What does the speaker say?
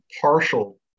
partial